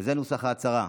וזה נוסח ההצהרה: